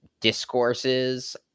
discourses